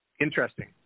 Interesting